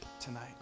tonight